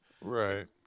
Right